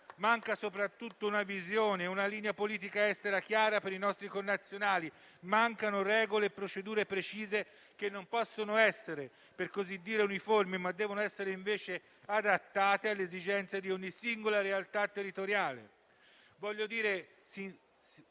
manca soprattutto una visione, una linea politica estera chiara per i nostri connazionali. Mancano regole e procedure precise, che non possono essere uniformi, ma devono essere invece adattate alle esigenze di ogni singola realtà territoriale.